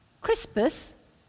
Crispus